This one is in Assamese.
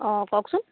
অ' কওকচোন